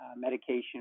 medication